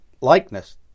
likeness